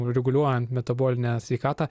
reguliuojant metabolinę sveikatą